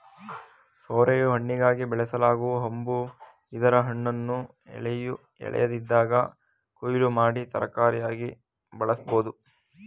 ಸೋರೆಯು ಹಣ್ಣಿಗಾಗಿ ಬೆಳೆಸಲಾಗೊ ಹಂಬು ಇದರ ಹಣ್ಣನ್ನು ಎಳೆಯದಿದ್ದಾಗ ಕೊಯ್ಲು ಮಾಡಿ ತರಕಾರಿಯಾಗಿ ಬಳಸ್ಬೋದು